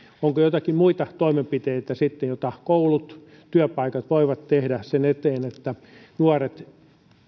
onko joitakin muita toimenpiteitä sitten joita koulut työpaikat voivat tehdä sen eteen että nuoret